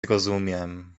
rozumiem